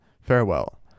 Farewell